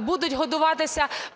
будуть годуватися